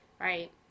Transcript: right